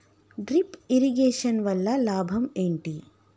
Drip irrigation వల్ల లాభం ఏంటి?